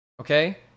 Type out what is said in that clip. okay